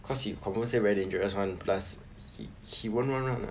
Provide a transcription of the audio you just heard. cause he confirm say very dangerous [one] plus he he wouldn't want [one]